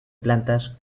plantas